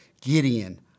Gideon